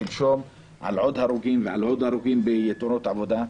שלשום על עוד הרוגים ועל עוד הרוגים בתאונות עבודה.